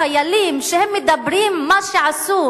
חיילים שמדברים על מה שעשו,